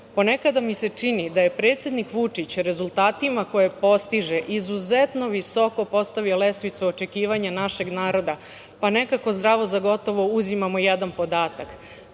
ponekada mi se čini da je predsednik Vučić rezultatima koje postiže, izuzetno visoko postavio lestvicu očekivanja našeg naroda, pa nekako zdravo za gotovo uzimamo jedan podatak,